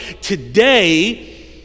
today